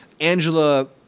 Angela